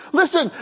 listen